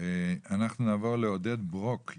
אנחנו נעבור לעודד ברוק,